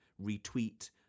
retweet